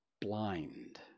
blind